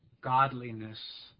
godliness